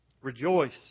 Rejoice